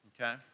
okay